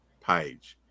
page